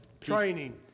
training